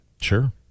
Sure